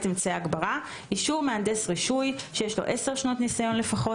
אמצעי הגברה אישור מהנדס רשוי שיש לו עשר שנות ניסיון לפחות,